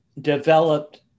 developed